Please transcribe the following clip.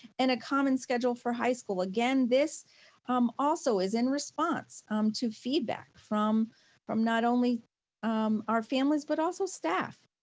and a common schedule for high school. again, this um also is in response to feedback from from not only our families, but also staff.